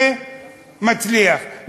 ומצליח.